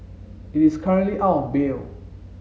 he is currently out on bail